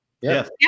Yes